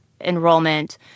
enrollment